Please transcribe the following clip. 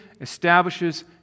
establishes